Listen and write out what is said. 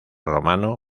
romano